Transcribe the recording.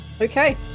okay